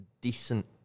decent